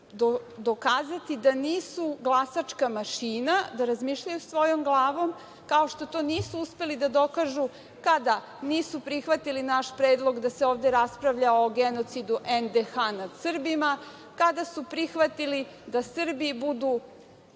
dokazati da nisu glasačka mašina, da razmišljaju svojom glavom, kao što to nisu uspeli da dokažu kada nisu prihvatili naš predlog da se ovde raspravlja o genocidu NDH nad Srbima, kada su prihvatili da Srbi budu